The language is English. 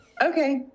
Okay